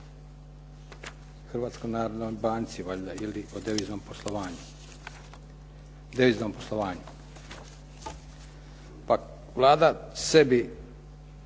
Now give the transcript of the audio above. Hrvatskoj narodnoj banci valjda ili o deviznom poslovanju, deviznom poslovanju, pa Vlada sebi